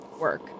work